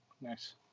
nice